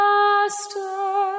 Master